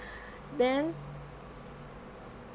then